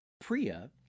Priya